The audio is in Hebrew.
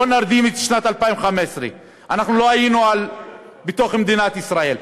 בואו נרדים את שנת 2015. אנחנו לא היינו בתוך מדינת ישראל.